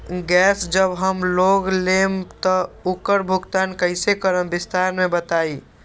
Gas जब हम लोग लेम त उकर भुगतान कइसे करम विस्तार मे बताई?